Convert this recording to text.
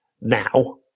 now